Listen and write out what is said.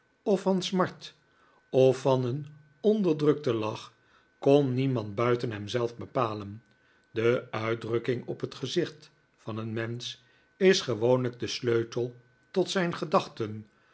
of van smart of van een onderdrukten lach kon niemand buiten hem zelf bepalen de uit drukking op het gezicht van een mensch is gewoonlijk de sleutel tot zijn gedachten